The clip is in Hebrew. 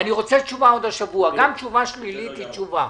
גם תשובה שלילית היא תשובה,